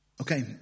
Okay